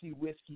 whiskey